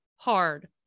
hard